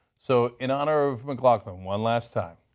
so in honor of mcglaughlin, one last time.